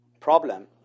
Problem